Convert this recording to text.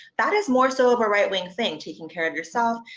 that is more so of a right wing thing, taking care of yourself,